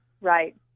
right